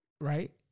right